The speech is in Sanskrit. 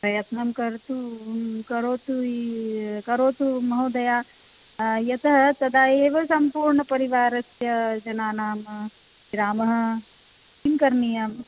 प्रयत्नं कर्तुं करोतु करोतु महोदय यतः तदा एव सम्पूर्णपरिवारस्य जनानां विरामः किं करणीयं